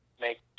make